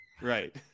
Right